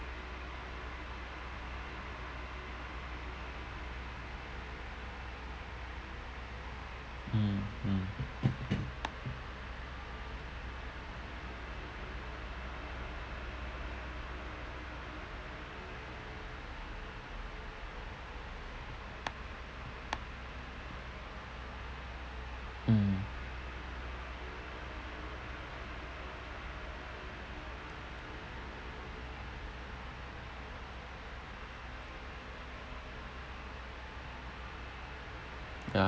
mmhmm mm